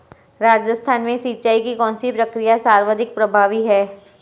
राजस्थान में सिंचाई की कौनसी प्रक्रिया सर्वाधिक प्रभावी है?